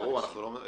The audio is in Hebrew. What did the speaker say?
כמובן,